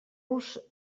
los